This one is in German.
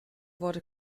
wurde